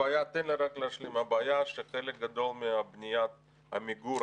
הבעיה שחלק גדול מבניית עמיגור,